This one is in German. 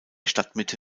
stadtmitte